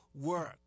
work